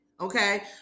okay